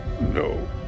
No